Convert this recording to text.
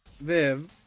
Viv